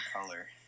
color